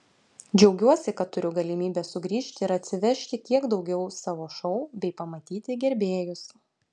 džiaugiuosi kad turiu galimybę sugrįžti ir atsivežti kiek daugiau savo šou bei pamatyti gerbėjus